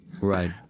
Right